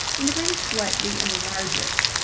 and then slightly enlarge it.